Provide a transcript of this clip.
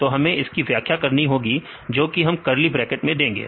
तो हमें इसकी व्याख्या करनी होगी जो कि हम करली ब्रैकेट में देंगे